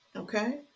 Okay